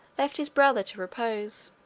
left his brother to repose.